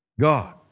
God